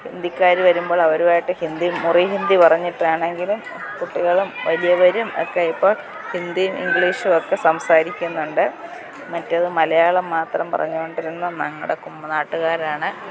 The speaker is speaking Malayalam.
ഹിന്ദിക്കാർ വരുമ്പോൾ അവരുമായിട്ട് ഹിന്ദി മുറി ഹിന്ദി പറഞ്ഞിട്ടാണെങ്കിലും കുട്ടികളും വലിയവരും ഒക്കെ ഇപ്പോൾ ഹിന്ദിയും ഇംഗ്ലീഷും ഒക്കെ സംസാരിക്കുന്നുണ്ട് മറ്റേത് മലയാളം മാത്രം പറഞ്ഞു കൊണ്ടിരുന്ന ഞങ്ങളുടെ കുമ്പനാട്ടുകാരാണ്